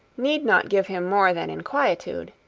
need not give him more than inquietude.